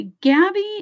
Gabby